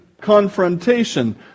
confrontation